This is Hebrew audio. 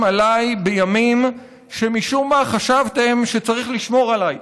עליי בימים שמשום מה חשבתם שצריך לשמור עליי,